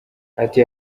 ati